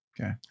Okay